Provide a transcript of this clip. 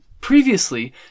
previously